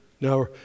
Now